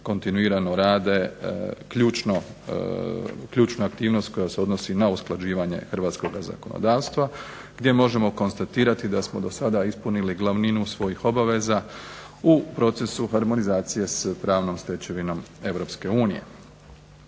kontinuirano rade ključna aktivnost koja se odnosi na usklađivanje Hrvatskoga zakonodavstva, gdje možemo konstatirati da smo do sada ispunili glavninu svojih obaveza u procesu harmonizacije s pravnom stečevinom